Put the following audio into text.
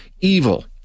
evil